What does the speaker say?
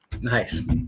Nice